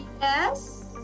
Yes